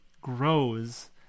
grows